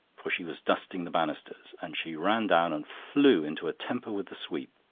for she was dusting the banisters, and she ran down, and flew into a temper with the sweep,